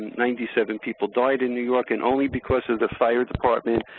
ninety seven people died in new york and only because of the fire department